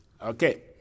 Okay